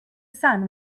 sun